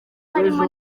harimo